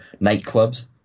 nightclubs